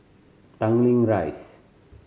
Tanglin Rise